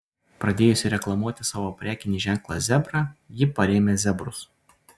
pradėjusi reklamuoti savo prekinį ženklą zebra ji parėmė zebrus